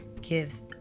gives